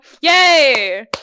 yay